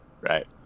Right